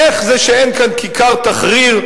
איך זה שאין כאן כיכר תחריר,